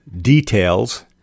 details